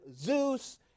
Zeus